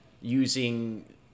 using